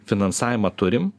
finansavimą turim